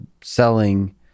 selling